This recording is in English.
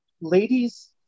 ladies